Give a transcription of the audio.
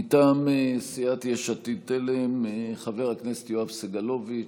מטעם סיעת יש עתיד תל"ם, חבר הכנסת יואב סגלוביץ'.